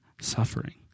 suffering